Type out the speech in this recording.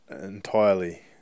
entirely